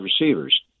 receivers